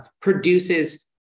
produces